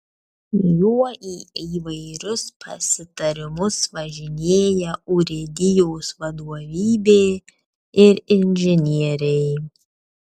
juo į įvairius pasitarimus važinėja urėdijos vadovybė ir inžinieriai